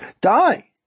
die